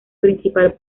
principal